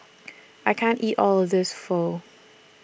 I can't eat All of This Pho